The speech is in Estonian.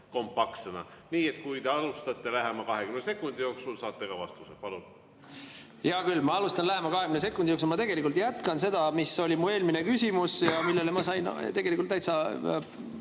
kompaktsena. Nii et kui te alustate lähema 20 sekundi jooksul, saate ka vastuse. Palun! Hea küll, ma alustan lähema 20 sekundi jooksul. Ma tegelikult jätkan seda, mis oli mu eelmine küsimus ja millele ma sain tegelikult täitsa